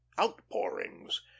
outpourings